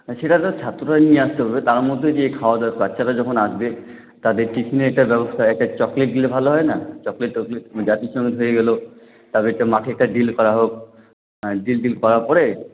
হ্যাঁ সেটা তো ছাত্ররা নিয়ে আসতে হবে তার মধ্যে যে খাওয়াদাওয়া বাচ্চারা যখন আসবে তাদের টিফিনের একটা ব্যবস্থা একটা চকলেট দিলে ভালো হয় না চকলেট টকলেট যা কিছু গেলো তাদেরকে মাঠে একটা ড্রিল করা হোক ড্রিল ট্রিল করার পরে